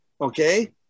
Okay